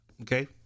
Okay